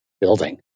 building